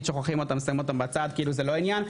שוכחים אותם שם אותם בצד כאילו זה לא עניין,